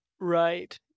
Right